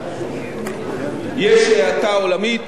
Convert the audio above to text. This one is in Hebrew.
יש האטה עולמית, אירופה מתרסקת,